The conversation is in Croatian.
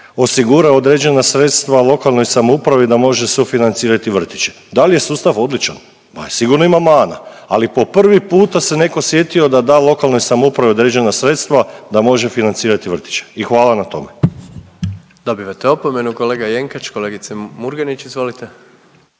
osigura određena sredstva lokalnoj samoupravi da može sufinancirati vrtiće. Da li je sustav odličan? Ma sigurno ima mana, ali po prvi puta se netko sjetio da da lokalnoj samoupravi određena sredstva da može financirati vrtiće i hvala na tome. **Jandroković, Gordan (HDZ)** Dobivate opomenu, kolega Jenkač. Kolegice Murganić, izvolite.